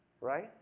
right